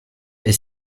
est